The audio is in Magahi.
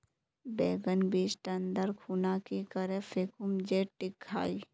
बैगन बीज टन दर खुना की करे फेकुम जे टिक हाई?